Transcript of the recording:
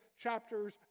chapters